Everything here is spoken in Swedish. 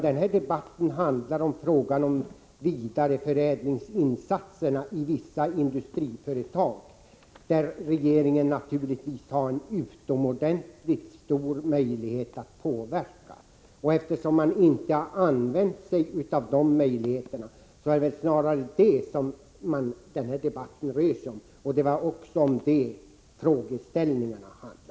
Den här debatten handlar om frågan om vidareförädlingsinsatser i vissa industriföretag, som regeringen naturligtvis har en utomordentligt stor möjlighet att påverka. Eftersom regeringen inte har använt sig av de möjligheterna, är det väl snarare det den här debatten rör. Det var också detta som frågeställningarna handlade om.